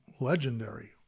legendary